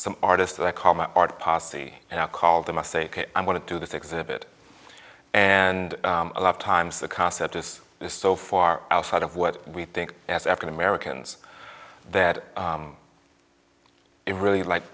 some artists that i call my art posse and i call them i say i'm going to do this exhibit and a lot of times the conceptus is so far outside of what we think as african americans that it really like